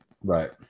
Right